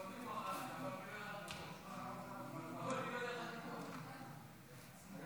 חוק לתיקון פקודת סדר הדין הפלילי (מעצר